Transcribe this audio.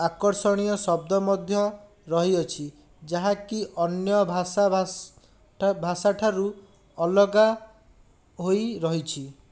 ଆକର୍ଷଣୀୟ ଶବ୍ଦ ମଧ୍ୟ ରହିଅଛି ଯାହାକି ଅନ୍ୟ ଭାଷା ଭାଷାଠାରୁ ଅଲଗା ହୋଇରହିଛି